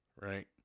right